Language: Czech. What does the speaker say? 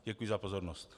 Děkuji za pozornost.